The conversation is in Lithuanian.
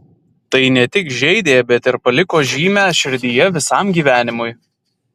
tai ne tik žeidė bet ir paliko žymę širdyje visam gyvenimui